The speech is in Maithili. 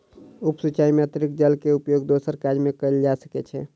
उप सिचाई में अतरिक्त जल के उपयोग दोसर काज में कयल जा सकै छै